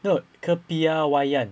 no kepiawaian